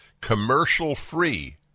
commercial-free